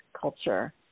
culture